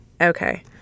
okay